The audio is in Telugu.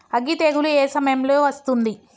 అగ్గి తెగులు ఏ సమయం లో వస్తుంది?